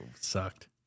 Sucked